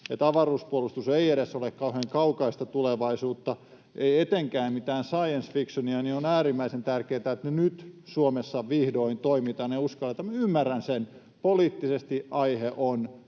että avaruuspuolustus ei edes ole kauhean kaukaista tulevaisuutta, ei etenkään mitään science fictionia, niin on äärimmäisen tärkeätä, että nyt Suomessa vihdoin toimitaan ja uskalletaan. Minä ymmärrän sen, poliittisesti aihetta